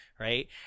Right